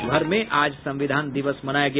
देशभर में आज संविधान दिवस मनाया गया